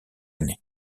année